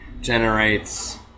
generates